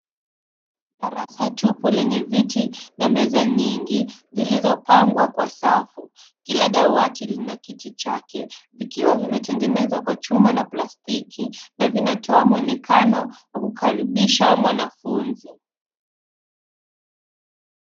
Darasa tupu lenye viti na meza nyingi zilizopangwa kwa safu. Kila dawati lina kiti chake vikiwa vimetegenezwa kwa chuma na plastiki na vinatoa muonekano wa kukaribisha mwanafunzi.